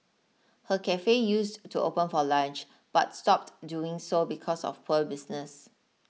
her cafe used to open for lunch but stopped doing so because of poor business